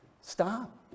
Stop